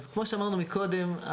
אז כמו שאמרנו קודם,